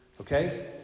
Okay